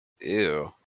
Ew